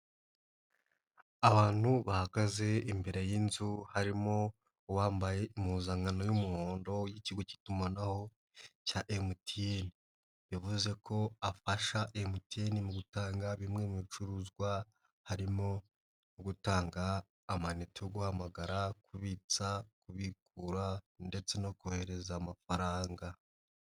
Abantu bahagaze imbere y'inzu harimo uwambaye impuzankano y'umuhondo y'ikigo cy'itumanaho cya MTN bivuze ko afasha MTN mu gutanga bimwe mu bicuruzwa harimo nko gutanga amayinite yo guhamagara, kubitsa, kubigura ndetse no kohereza amafaranga.